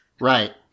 Right